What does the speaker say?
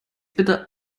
bitte